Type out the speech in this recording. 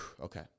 okay